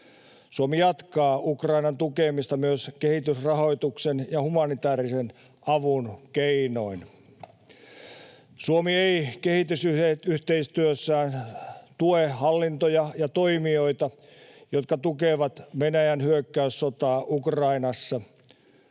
Suomi jatkaa Ukrainan tukemista myös kehitysrahoituksen ja humanitäärisen avun keinoin. Suomi ei kehitysyhteistyössään tue hallintoja ja toimijoita, jotka tukevat Venäjän hyökkäyssotaa Ukrainassa.